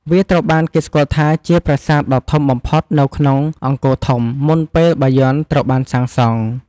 វាត្រូវបានគេស្គាល់ថាជាប្រាសាទដ៏ធំបំផុតនៅក្នុងអង្គរធំ មុនពេលបាយ័នត្រូវបានសាងសង់។